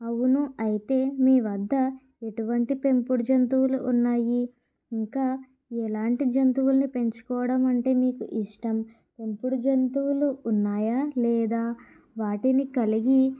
అవును అయితే మీ వద్ద ఎటువంటి పెంపుడు జంతువులు ఉన్నాయి ఇంకా ఎలాంటి జంతువులని పెంచుకోవడం అంటే మీకు ఇష్టం పెంపుడు జంతువులు ఉన్నాయా లేదా వాటిని కలిగి